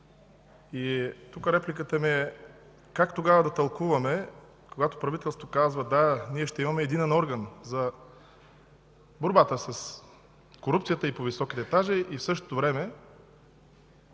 И тук репликата ми е: как тогава да тълкуваме, когато правителството казва: „да, ние ще имаме единен орган за борбата с корупцията и по-високите етажи”, и в същото време